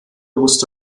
musste